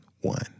one